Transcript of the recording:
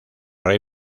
rey